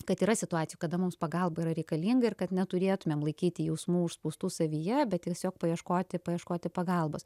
kad yra situacijų kada mums pagalba yra reikalinga ir kad neturėtumėm laikyti jausmų užspaustų savyje bet tiesiog paieškoti paieškoti pagalbos